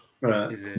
Right